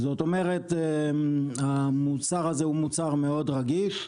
זאת אומרת, המוצר הזה הוא מוצר מאוד רגיש,